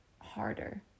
harder